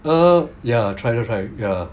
err ya try try try ya